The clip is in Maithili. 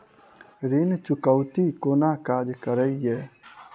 ऋण चुकौती कोना काज करे ये?